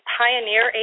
pioneer